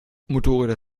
motorräder